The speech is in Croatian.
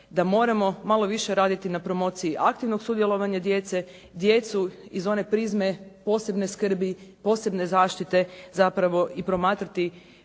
da moramo malo više raditi na promociji aktivnog sudjelovanja djece, djecu iz one prizme posebne skrbi, posebne zaštite, zapravo i promatrati